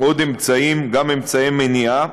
עוד אמצעים, גם אמצעי מניעה.